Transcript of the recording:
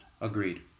Agreed